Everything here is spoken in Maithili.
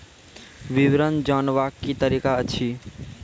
विवरण जानवाक की तरीका अछि?